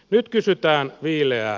nyt kysytään viileää